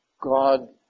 God